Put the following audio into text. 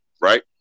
right